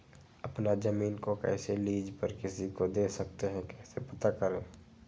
अपना जमीन को कैसे लीज पर किसी को दे सकते है कैसे पता करें?